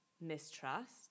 mistrust